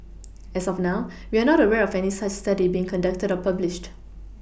as of now we are not aware of any such study being conducted or published